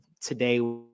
today